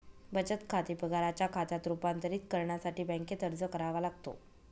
बचत खाते पगाराच्या खात्यात रूपांतरित करण्यासाठी बँकेत अर्ज करावा लागतो